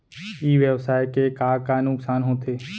ई व्यवसाय के का का नुक़सान होथे?